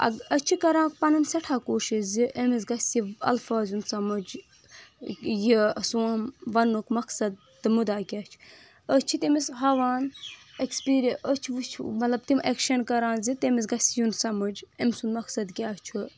أسۍ چھِ کران پَنُن سٮ۪ٹھاہ کوٗشِش زِ اَمِس گژھِ الفظ یُس سَمُج یہِ سون وَننُک مقصد تہٕ مُدا کیاہ چھِ أسۍ چھِ تٔمِس ہاوان ایکسپیٖریہٕ أسۍ چھ مطلب تِم ایٚکشن کران زِ تٔمِس گژھِ یُن سَمُج أمۍ سُنٛد مقصد کیٚاہ چھُ